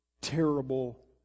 terrible